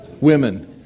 women